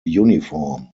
uniform